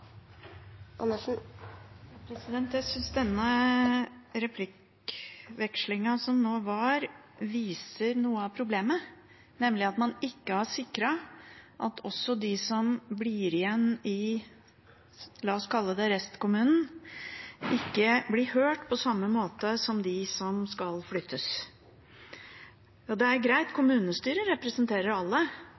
som var nå, viser noe av problemet, nemlig at man ikke har sikret at også de som blir igjen i – la oss kalle det restkommunen, ikke blir hørt på samme måte som dem som skal flyttes. Kommunestyret representerer alle, men noen innbyggere får altså lov til å si sin mening. Det er greit,